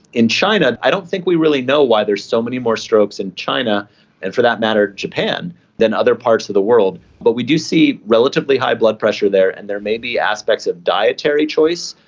in china i don't think we really know why there's so many strokes in china and for that matter japan than other parts of the world, but we do see relatively high blood pressure there and there may be aspects of dietary choice,